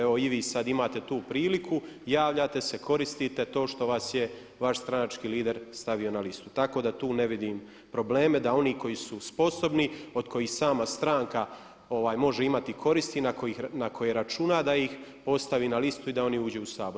Evo i vi imate sada tu priliku, javljate se, koristite to što vas je vaš stranački lider stavio na listu, tako da tu ne vidim probleme da oni koji su sposobni od kojih sama stranka može imati koristi, na koje računa da ih postavi na listu i da oni uđu u Sabor.